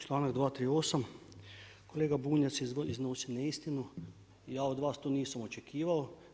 Članak 238. kolega Bunjac ne iznos neistinu, ja od vas to nisam očekivao.